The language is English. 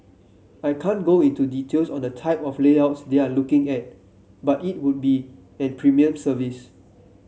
I can't go into details on the type of layouts they're looking at but it would be an premium service